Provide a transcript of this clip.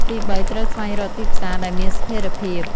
ទីបី ត្រូវ ស្វែងរកទីផ្សារដែលមានស្ថិរភាព។